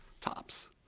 Tops